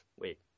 wait